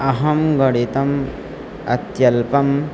अहं गणितम् अत्यल्पम्